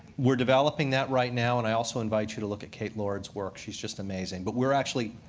we're developing that right now. and i also invite you to look at kate lorig's work. she's just amazing. but we're actually,